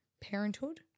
parenthood